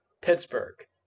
Pittsburgh